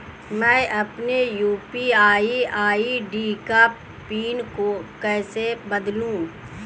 मैं अपनी UPI ID का पिन कैसे बदलूं?